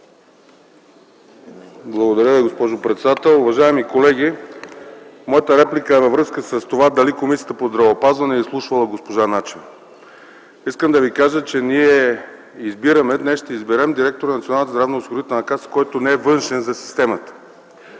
Благодаря Ви, госпожо председател. Уважаеми колеги, моята реплика е във връзка с това дали Комисията по здравеопазването е изслушвала госпожа Начева. Искам да ви кажа, че ние днес ще изберем директора на Националната здравноосигурителна каса, който не е външен за системата,